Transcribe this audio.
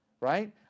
right